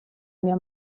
mia